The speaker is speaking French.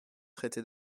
traiter